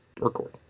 record